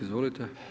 Izvolite.